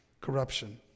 corruption